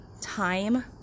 time